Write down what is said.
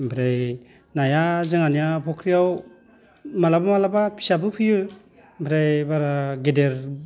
ओमफ्राय नाया जोंहानिया फख्रियाव माब्लाबा माब्लाबा फिसाबो फैयो ओमफ्राय बारा गेदेर